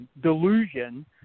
delusion